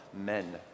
men